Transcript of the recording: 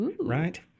Right